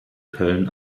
köln